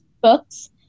books